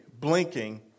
blinking